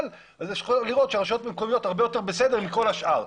אז אפשר לראות שהרשויות המקומיות הרבה יותר בסדר מכל השאר.